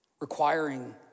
requiring